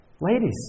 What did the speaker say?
Ladies